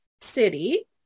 City